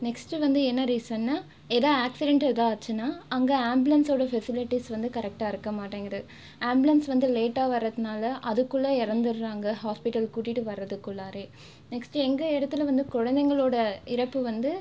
next வந்து என்ன ரீசன்னா எதாது ஆக்சிடென்ட் எதாது ஆச்சுனா அங்கே ஆம்புலன்ஸோடய ஃபெசிலிட்டிஸ் வந்து கரெக்ட்டாக இருக்க மாட்டேங்குது ஆம்புலன்ஸ் வந்து லேட்டாக வரதுனால அதுக்குள்ள இறந்துடுறாங்க ஹாஸ்ப்பிட்டல் கூட்டிகிட்டு வரதுக்குள்ளாறே நெக்ஸ்ட் எங்கள் இடத்துல வந்து குழந்தைங்களோட இறப்பு வந்து